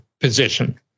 position